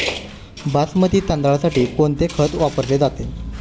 बासमती तांदळासाठी कोणते खत वापरले जाते?